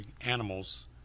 animals